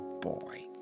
boy